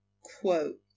quote